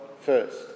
first